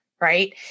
right